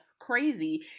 crazy